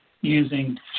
using